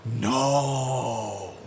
No